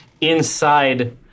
inside